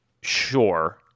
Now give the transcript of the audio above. sure